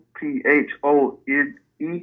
P-H-O-N-E